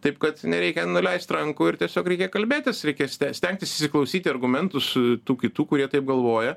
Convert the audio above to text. taip kad nereikia nuleist rankų ir tiesiog reikia kalbėtis reikės stengtis įsiklausyti į argumentus tų kitų kurie taip galvoja